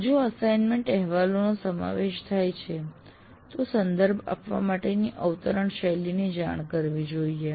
જો અસાઈનમનેટ માં અહેવાલોનો સમાવેશ થાય છે તો સંદર્ભ આપવા માટેની અવતરણ શૈલીની જાણ કરવી જોઈએ